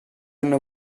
hanno